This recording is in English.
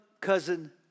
cousin